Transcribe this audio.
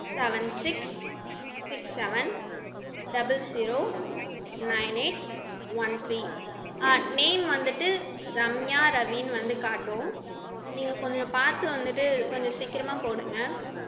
seven six seven double zero nine eight one three name வந்துட்டு ரம்யா ரவின்னு வந்து காட்டும் நீங்கள் கொஞ்சம் பார்த்து வந்துட்டு கொஞ்சம் சீக்கரமாக போடுங்க